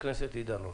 ב-זום.